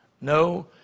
No